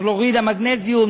כלוריד המגנזיום,